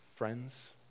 friends